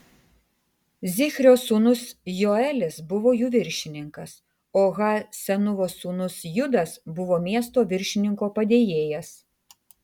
zichrio sūnus joelis buvo jų viršininkas o ha senūvos sūnus judas buvo miesto viršininko padėjėjas